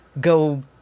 go